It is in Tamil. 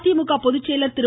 மதிமுக பொதுச்செயலாளர் திரு